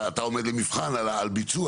אתה עומד למבחן על ביצוע,